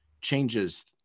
changes